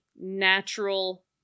natural